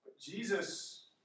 Jesus